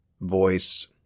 voice